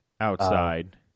Outside